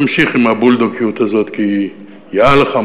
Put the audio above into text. תמשיך עם הבולדוגיות הזאת כי היא יאה לך,